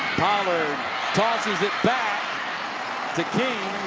pollard tosses it back to king.